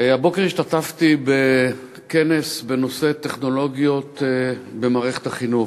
הבוקר השתתפתי בכנס בנושא טכנולוגיות במערכת החינוך,